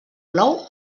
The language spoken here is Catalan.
plou